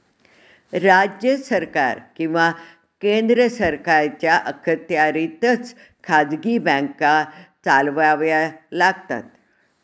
राज्य सरकार किंवा केंद्र सरकारच्या अखत्यारीतच खाजगी बँका चालवाव्या लागतात